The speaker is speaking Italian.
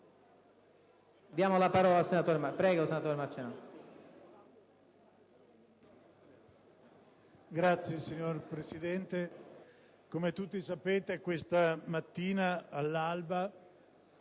*(PD)*. Signor Presidente, come tutti sapete, questa mattina all'alba